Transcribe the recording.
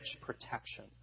protection